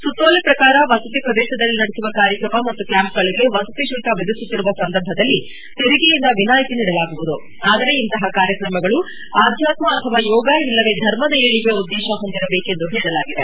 ಸುತ್ತೋಲೆ ಪ್ರಕಾರ ವಸತಿ ಪ್ರದೇಶದಲ್ಲಿ ನಡೆಸುವ ಕಾರ್ಯಕ್ರಮ ಮತ್ತು ಕ್ಯಾಂಪ್ಗಳಿಗೆ ವಸತಿ ಶುಲ್ಕ ವಿಧಿಸುತ್ತಿರುವ ಸಂದರ್ಭದಲ್ಲಿ ತೆರಿಗೆಯಿಂದ ವಿನಾಯಿತಿ ನೀಡಲಾಗುವುದು ಆದರೆ ಇಂತಹ ಕಾರ್ಯಕ್ರಮಗಳು ಆಧ್ಯಾತ್ಮ ಅಥವಾ ಯೋಗ ಇಲ್ಲವೆ ಧರ್ಮದ ಏಳಿಗೆಯ ಉದ್ದೇಶ ಹೊಂದಿರಬೇಕು ಎಂದು ಹೇಳಲಾಗಿದೆ